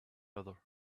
other